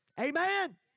Amen